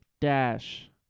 dash